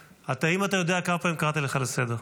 האם אתה יודע כמה פעמים קראתי אותך לסדר?